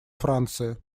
франции